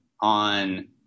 on